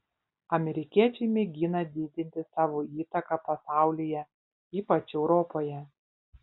amerikiečiai mėgina didinti savo įtaką pasaulyje ypač europoje